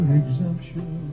exemption